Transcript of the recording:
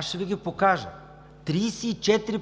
Ще Ви ги покажа. Тридесет и четири